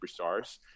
superstars